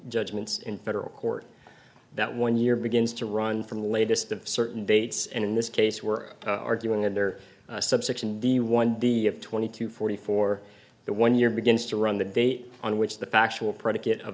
judgments in federal court that one year begins to run from the latest of certain dates and in this case we're arguing another subsection the one the twenty to forty four the one year begins to run the date on which the factual predicate